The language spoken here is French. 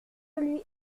lui